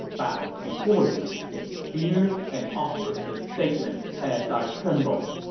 bows before you in fear and offers this statement as i tremble.